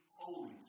holy